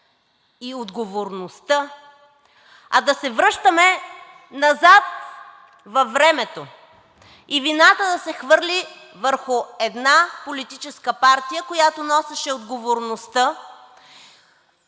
и отговорността, а да се връщаме назад във времето и вината да се хвърли върху една политическа партия, която носеше отговорността